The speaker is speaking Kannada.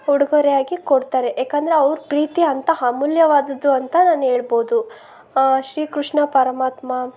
ಉಡುಗೊರೆಯಾಗಿ ಕೊಡ್ತಾರೆ ಯಾಕಂದರೆ ಅವ್ರ ಪ್ರೀತಿ ಅಂಥ ಅಮೂಲ್ಯವಾದದ್ದು ಅಂತ ನಾನು ಹೇಳ್ಬೋದು ಶ್ರೀಕೃಷ್ಣ ಪರಮಾತ್ಮ